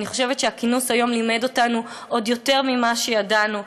ואני חושבת שהכינוס היום לימד אותנו עוד יותר ממה שידענו,